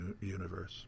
universe